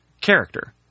character